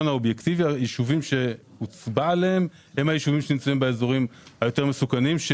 הישובים שהוצבע עליהם הם הישובים שנמצאים באזורים היותר מסוכנים.